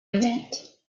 event